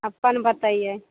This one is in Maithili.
अपन बतैयै